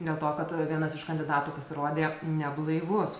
dėl to kad vienas iš kandidatų pasirodė neblaivus